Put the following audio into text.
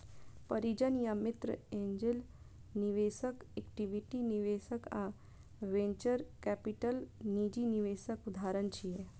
परिजन या मित्र, एंजेल निवेशक, इक्विटी निवेशक आ वेंचर कैपिटल निजी निवेशक उदाहरण छियै